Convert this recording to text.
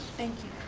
thank you.